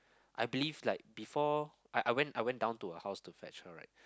I believe like before I went I went down to her house to fetch her right